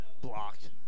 blocked